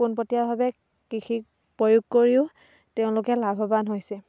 পোনপটিয়াভাৱে কৃষিত প্ৰয়োগ কৰিও তেওঁলোকে লাভৱান হৈছে